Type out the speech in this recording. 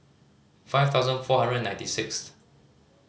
five thousand four hundred and ninety sixth